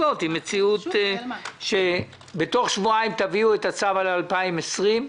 בתוך שבועיים תביאו את הצו על 2020,